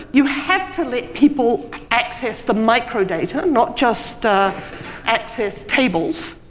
you have to let people access the microdata, not just ah access tables.